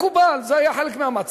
מקובל, זה היה חלק מהמצע.